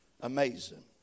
amazing